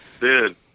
Dude